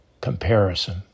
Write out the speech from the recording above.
comparison